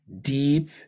deep